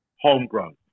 homegrown